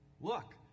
Look